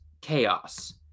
chaos